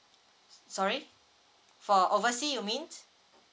sorry for oversea you mean